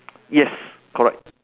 yes correct